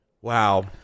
Wow